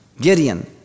Gideon